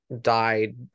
died